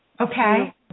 Okay